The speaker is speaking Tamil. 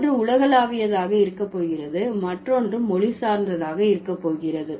ஒன்று உலகளாவியதாக இருக்க போகிறது மற்றொன்று மொழி சார்ந்ததாக இருக்க போகிறது